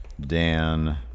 Dan